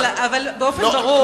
אבל באופן ברור,